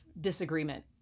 disagreement